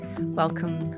Welcome